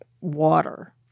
water